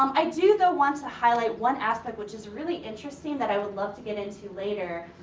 um i do, though, want to highlight one aspect which is really interesting that i would love to get into later.